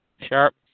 sharp